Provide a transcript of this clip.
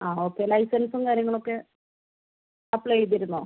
അ okay ലൈസൻസും കാര്യങ്ങളൊക്കെ apply ചെയ്തിരുന്നോ